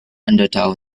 undertow